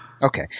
Okay